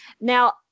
Now